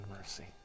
mercy